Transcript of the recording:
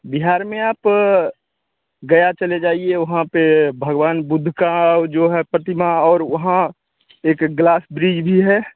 बिहार में आप गया चले जाइए वहाँ पर भगवान बुद्ध की जो है प्रतिमा और वहाँ एक ग्लास ब्रिज भी है